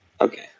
Okay